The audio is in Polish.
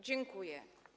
Dziękuję.